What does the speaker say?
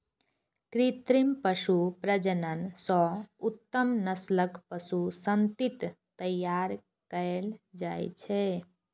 कृत्रिम पशु प्रजनन सं उत्तम नस्लक पशु संतति तैयार कएल जाइ छै